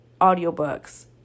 audiobooks